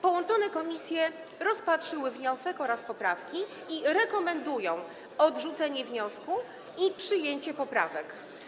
Połączone komisje rozpatrzyły wniosek oraz poprawki i rekomendują odrzucenie wniosku i przyjęcie poprawek.